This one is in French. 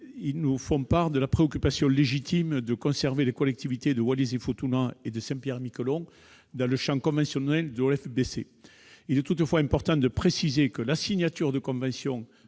nous ont fait part de la préoccupation légitime de conserver les collectivités de Saint-Pierre-et-Miquelon et de Saint-Martin dans le champ conventionnel de l'OFBC. Il est toutefois important de préciser que la signature de conventions